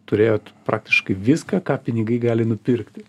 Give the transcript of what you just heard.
turėjot praktiškai viską ką pinigai gali nupirkti